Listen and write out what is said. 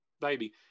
baby